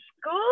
school